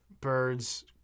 birds